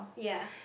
ya